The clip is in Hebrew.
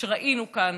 שראינו כאן